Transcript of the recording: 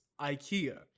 Ikea